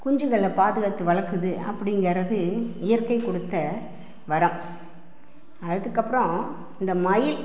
குஞ்சுகளை பாதுகாத்து வளர்க்குது அப்படிங்கிறது இயற்கை கொடுத்த வரம் அதுக்கு அப்புறம் இந்த மயில்